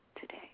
today